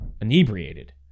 inebriated